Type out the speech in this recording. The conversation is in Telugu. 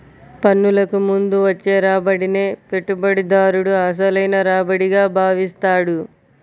పన్నులకు ముందు వచ్చే రాబడినే పెట్టుబడిదారుడు అసలైన రాబడిగా భావిస్తాడు